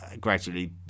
gradually